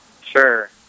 Sure